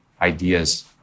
ideas